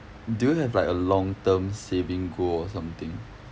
do you have like a long term saving goal or something